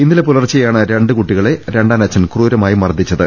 ഇന്നലെ പുലർച്ചെയാണ് രണ്ട് കുട്ടികളെ രണ്ടാനച്ഛൻ ക്രൂരമായി മർദ്ദിച്ചത്